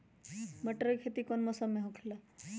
मटर के खेती कौन मौसम में होखेला?